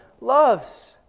loves